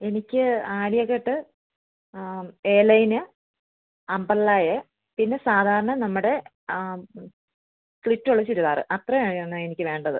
എനിക്ക് Aaliya cut a line umbrella പിന്നെ സാധാരണ നമ്മുടെ സ്ലിറ്റ് ഉള്ള ചുരിദാര് അത്രയും എണ്ണമാണ് എനിക്ക് വേണ്ടത്